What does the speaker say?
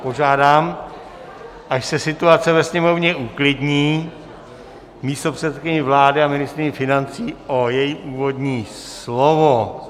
Požádám, až se situace ve sněmovně uklidní, místopředsedkyni vlády a ministryni financí o její úvodní slovo.